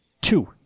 Two